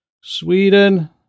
Sweden